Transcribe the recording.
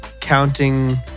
counting